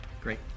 Great